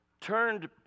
turned